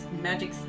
magic